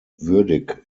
würdig